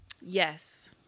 Yes